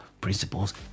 principles